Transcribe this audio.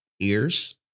ears